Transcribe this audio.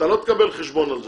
אתה לא תקבל חשבון על זה,